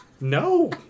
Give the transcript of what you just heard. No